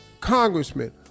congressman